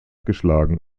geschlagen